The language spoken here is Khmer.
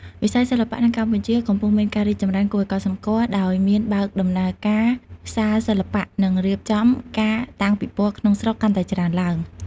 វិស័យសិល្បៈនៅកម្ពុជាកំពុងមានការរីកចម្រើនគួរឲ្យកត់សម្គាល់ ដោយមានបើកដំណើរការសាលសិល្បៈ និងរៀបចំការតាំងពិពណ៌ក្នុងស្រុកកាន់តែច្រើនឡើង។